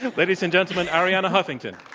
ladies and gentlemen, arianna huffington.